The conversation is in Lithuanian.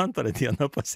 antrą dieną pas